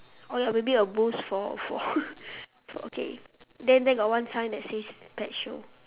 oh ya got a bit of bush for for for okay then there got one sign that says pet show